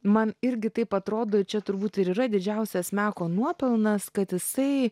man irgi taip atrodo ir čia turbūt ir yra didžiausias meko nuopelnas kad jisai